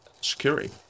security